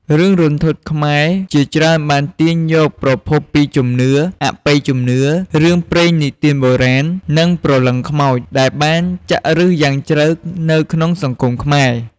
រឿងរន្ធត់ខ្មែរជាច្រើនបានទាញយកប្រភពពី ជំនឿ អបិយជំនឿ រឿងព្រេងនិទានបុរាណ និងព្រលឹងខ្មោច ដែលបានចាក់ឫសយ៉ាងជ្រៅនៅក្នុងសង្គមខ្មែរ។